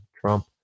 Trump